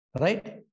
right